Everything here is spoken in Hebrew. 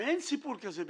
אין סיפור כזה בשפרעם.